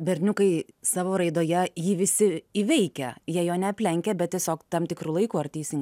berniukai savo raidoje jį visi įveikia jie jo neaplenkia bet tiesiog tam tikru laiku ar teisingai